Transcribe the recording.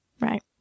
Right